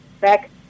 back